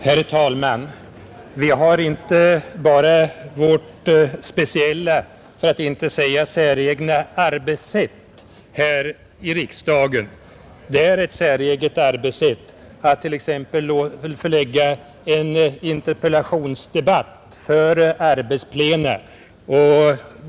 Herr talman! Vi har inte bara vårt speciella, för att inte säga säregna arbetssätt här i riksdagen. Det är ett säreget arbetssätt att t.ex. förlägga en interpellationsdebatt i början av ett arbetsplenum.